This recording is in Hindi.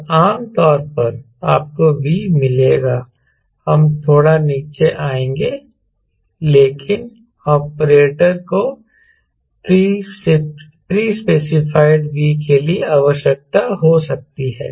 और आम तौर पर आपको V मिलेगा हम थोड़ा नीचे आएंगे लेकिन ऑपरेटर को प्रि स्पेसिफाइड V के लिए आवश्यकता हो सकती है